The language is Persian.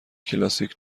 کلاسیک